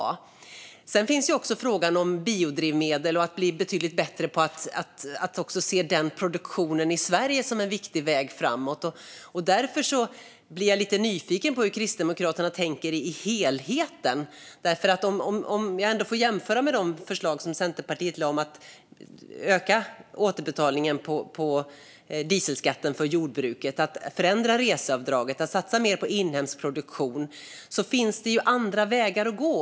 Frågan om biodrivmedel finns också och om att bli betydligt bättre på att se den produktionen i Sverige som en viktig väg framåt. Därför blir jag lite nyfiken på hur Kristdemokraterna tänker när det gäller helheten. Jag kan jämföra med de förslag som Centerpartiet har lagt fram om att öka återbetalningen på dieselskatten till jordbruket, att förändra reseavdraget och att satsa mer på inhemsk produktion. Det finns andra vägar att gå.